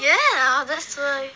yeah that's why